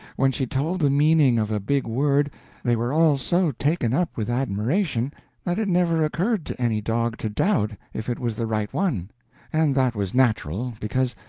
when she told the meaning of a big word they were all so taken up with admiration that it never occurred to any dog to doubt if it was the right one and that was natural, because,